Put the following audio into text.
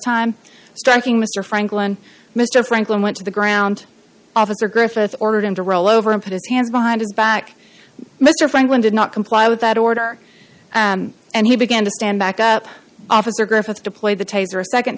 time striking mr franklin mr franklin went to the ground officer griffith ordered him to roll over and put his hands behind his back mr franklin did not comply with that order and he began to stand back up officer griffiths deployed the taser a